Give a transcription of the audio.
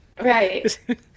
Right